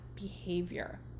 behavior